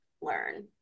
learn